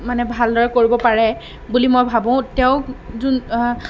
মানে ভালদৰে কৰিব পাৰে বুলি মই ভাবোঁ তেওঁক যোন